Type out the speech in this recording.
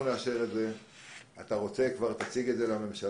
נאשר את זה ואם אתה רוצה, תציג את זה כבר לממשלה.